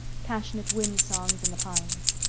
passionate wind-songs in the pines.